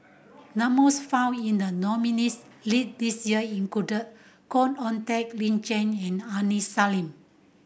found in the nominees' lid this year included Khoo Oon Teik Lin Chen and Aini Salim